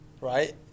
right